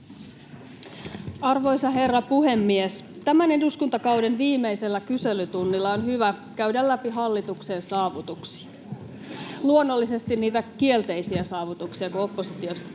Arvoisa herra puhemies! Tämän eduskuntakauden viimeisellä kyselytunnilla on hyvä käydä läpi hallituksen saavutuksia — luonnollisesti niitä kielteisiä saavutuksia, kun oppositiosta puhutaan.